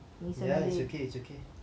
ya it's okay it's okay